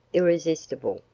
irresistible,